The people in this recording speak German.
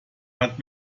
hat